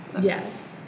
Yes